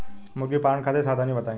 मुर्गी पालन खातिर सावधानी बताई?